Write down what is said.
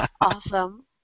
Awesome